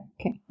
Okay